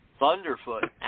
Thunderfoot